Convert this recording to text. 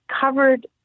covered